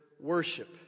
worship